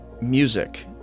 music